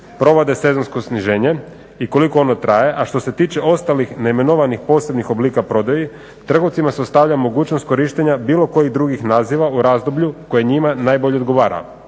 provode sezonsko sniženje i koliko ono traje, a što se tiče ostalih neimenovanih posebnih oblika prodaje, trgovcima se ostavlja mogućnost korištenja bilo kojih drugih naziva u razdoblju koje njima najbolje odgovara,